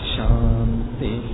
Shanti